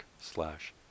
slash